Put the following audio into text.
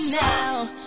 now